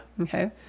Okay